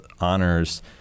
honors